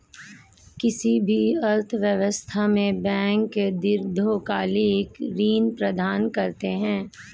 किसी भी अर्थव्यवस्था में बैंक दीर्घकालिक ऋण प्रदान करते हैं